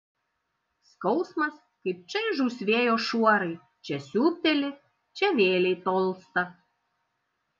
skausmas kaip čaižūs vėjo šuorai čia siūbteli čia vėlei tolsta